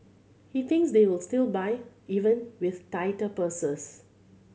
he thinks they will still buy even with tighter purses